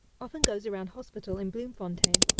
often goes around hospital in bloemfontein,